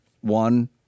one